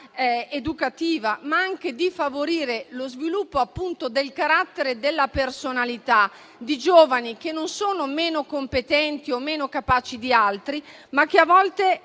educativa, ma anche di favorire lo sviluppo del carattere e della personalità di giovani che non sono meno competenti o meno capaci di altri, ma che, a volte,